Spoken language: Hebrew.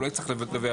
הוא לא יצטרך לדווח,